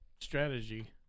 strategy